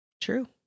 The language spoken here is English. True